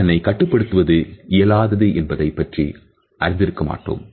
அதனை கட்டுப்படுத்துவது இயலாதுஎன்பதை பற்றி அறிந்திருக்கமாட்டோம்